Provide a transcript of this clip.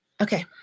Okay